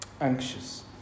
anxious